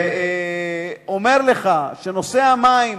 אומר לך שנושא המים